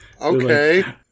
okay